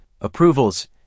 approvals